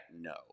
no